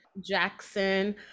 Jackson